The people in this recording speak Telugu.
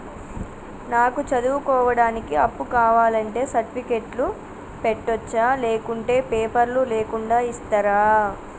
నాకు చదువుకోవడానికి అప్పు కావాలంటే సర్టిఫికెట్లు పెట్టొచ్చా లేకుంటే పేపర్లు లేకుండా ఇస్తరా?